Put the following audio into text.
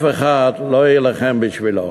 אף אחד לא יילחם בשבילו.